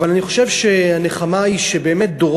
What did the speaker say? אבל אני חושב שהנחמה היא שדורות